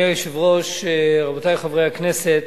אדוני היושב-ראש, רבותי חברי הכנסת,